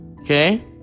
Okay